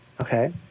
Okay